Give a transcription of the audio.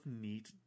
neat